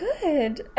good